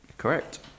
correct